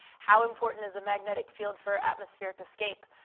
how important is a magnetic field for atmospheric escape?